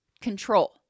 control